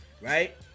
right